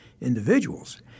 individuals